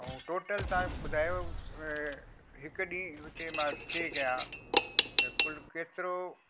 ऐं टोटल तव्हां ॿुधायो हिकु ॾींहुं हुते मां स्टे कयां त कुल केतिरो